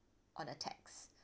on a text